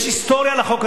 יש היסטוריה לחוק הזה.